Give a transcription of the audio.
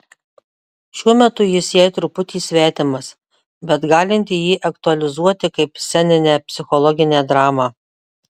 šiuo metu jis jai truputį svetimas bet galinti jį aktualizuoti kaip sceninę psichologinę dramą